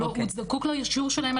הוא זקוק לאישור שלהם,